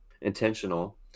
intentional